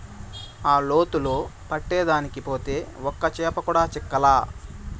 ఆ లోతులో పట్టేదానికి పోతే ఒక్క చేప కూడా చిక్కలా